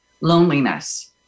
loneliness